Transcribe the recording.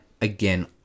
again